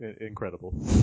Incredible